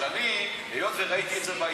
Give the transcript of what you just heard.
אבל היות שראיתי את זה בעיתון,